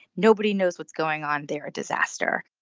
nobody knows what's going on they're a disaster